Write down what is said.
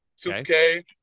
2K